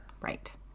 Right